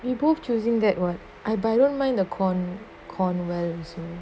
we both choosing that [what] but I don't mind the corn~ cornwell